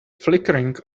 flickering